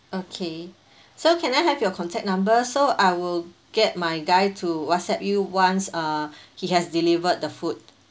okay so can I have your contact number so I will get my guy to WhatsApp you once uh he has delivered the food